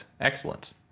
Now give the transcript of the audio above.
Excellent